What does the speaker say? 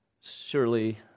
Surely